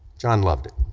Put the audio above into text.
john loved it,